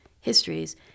histories